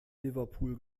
liverpool